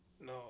no